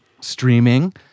streaming